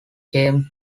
came